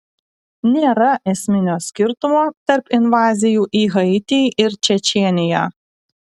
nėra esminio skirtumo tarp invazijų į haitį ir čečėniją